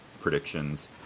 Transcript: predictions